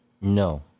No